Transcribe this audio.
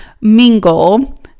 mingle